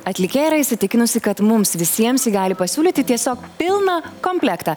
atlikėja yra įsitikinusi kad mums visiems ji gali pasiūlyti tiesiog pilną komplektą